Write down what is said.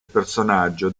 personaggio